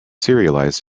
serialized